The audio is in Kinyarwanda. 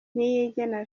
niyigena